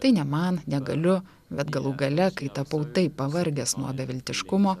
tai ne man negaliu bet galų gale kai tapau taip pavargęs nuo beviltiškumo